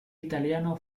italiano